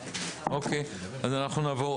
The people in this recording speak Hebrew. אוקיי, אז אנחנו נעבור